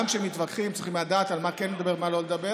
גם כשמתווכחים צריכים לדעת על מה כן לדבר ועל מה לא לדבר,